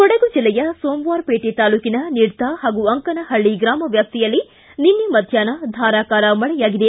ಕೊಡಗು ಜಿಲ್ಲೆಯ ಸೋಮವಾರಪೇಟೆ ತಾಲೂಕಿನ ನೀಡ್ತಾ ಹಾಗೂ ಅಂಕನಃಹಳ್ಳಿ ಗ್ರಮ ವ್ಯಾಪ್ತಿಯಲ್ಲಿ ನಿನ್ನೆ ಮಧ್ಯಾಹ್ನ ಧಾರಾಕಾರ ಮಳೆಯಾಗಿದೆ